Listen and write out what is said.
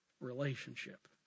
relationship